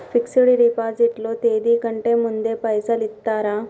Fix డ్ deposit లో తేది కంటే ముందే పైసలు ఇత్తరా?